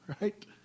right